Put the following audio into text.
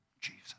Jesus